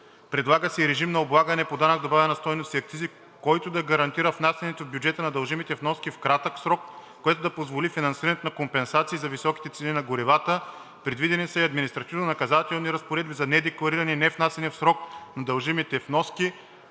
предлага се и режим на облагане по данък добавена стойност и акцизи, който да гарантира внасянето на бюджета на дължимите вноски в кратък срок, което да позволи финансирането на компенсации за високите цени на горивата. Предвидени са и административно-наказателни разпоредби за недеклариране и невнасяне в срок на дължимите вноски.